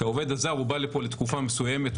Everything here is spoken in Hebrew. כי העובד הזר בא לפה לתקופה מסוימת,